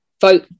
vote